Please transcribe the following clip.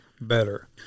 better